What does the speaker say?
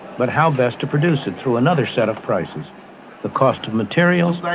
but how best to produce it through another set of prices the cost of materials,